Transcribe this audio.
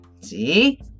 See